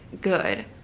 good